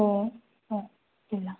ए दैज्लां